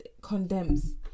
condemns